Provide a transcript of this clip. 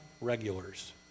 regulars